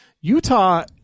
Utah